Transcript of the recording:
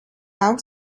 auch